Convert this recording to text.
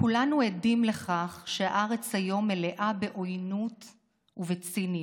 כולנו עדים לכך שהארץ היום מלאה בעוינות ובציניות,